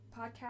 podcast